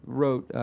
wrote